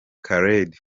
khaled